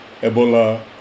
Ebola